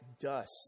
dust